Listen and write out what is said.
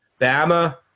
Bama